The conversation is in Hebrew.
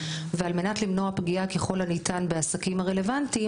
ועל מנת למנוע פגיעה ככל הניתן בעסקים הרלוונטיים,